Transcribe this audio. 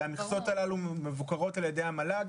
הרי המכסות הללו מבוקרות על ידי המל"ג.